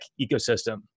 ecosystem